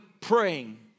praying